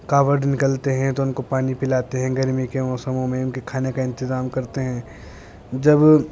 کاوڈ نکلتے ہیں تو ان کو پانی پلاتے ہیں گرمی کے موسموں میں ان کے کھانے کا انتظام کرتے ہیں جب